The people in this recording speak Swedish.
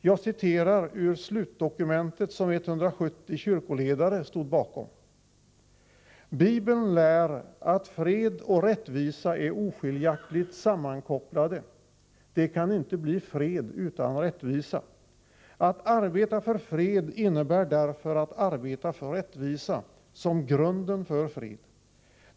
Jag citerar ur slutdokumentet, som 170 kyrkoledare stod bakom: ”Bibeln lär att fred och rättvisa är oskiljaktigt sammankopplade. Det kan inte bli fred utan rättvisa. Att arbeta för fred innebär därför att arbeta för rättvisa, som grunden för fred.